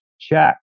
check